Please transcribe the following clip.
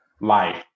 life